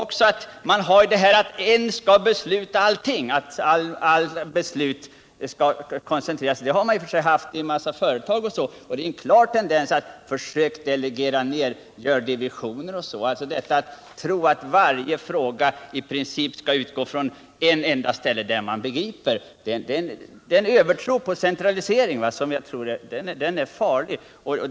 Detta med att en skall fatta alla beslut, att alla beslut skall koncentreras, har man i och för sig haft i några företag, men det är nu en klar tendens att försöka delegera ner. Att tro att varje beslut i princip skall utgå från ett enda ställe, där man begriper mera, är en övertro på centralisering som är farlig.